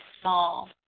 small